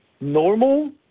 normal